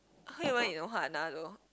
Hui-Wen in Ohana though